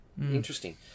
Interesting